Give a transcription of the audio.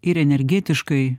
ir energetiškai